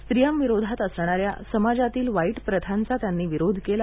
स्त्रियांविरोधात असणाऱ्या समाजातील वाईट प्रथांचा त्यांनी विरोध केला